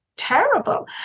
Terrible